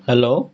hello